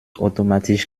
automatisch